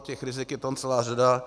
Těch rizik je tam celá řada.